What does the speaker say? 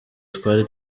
twari